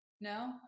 No